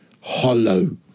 Hollow